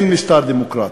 אין משטר דמוקרטי,